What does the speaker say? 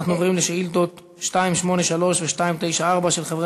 אנחנו עוברים לשאילתות 283 ו-294 של חברת